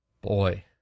Boy